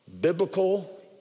Biblical